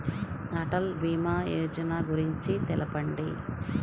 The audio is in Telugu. అటల్ భీమా యోజన గురించి తెలుపండి?